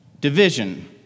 division